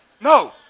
No